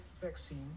vaccine